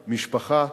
"משפחה",